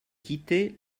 quitter